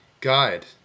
guide